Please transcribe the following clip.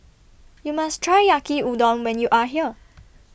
YOU must Try Yaki Udon when YOU Are here